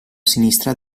sinistra